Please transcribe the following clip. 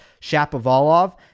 Shapovalov